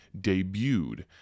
debuted